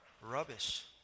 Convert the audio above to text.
rubbish